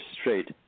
straight